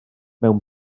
pum